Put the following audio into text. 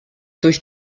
durch